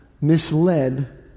misled